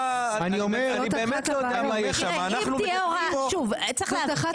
אני באמת לא יודע מה יש שם -- זאת אחת